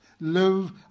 live